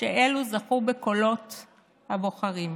שאלו זכו בקולות הבוחרים.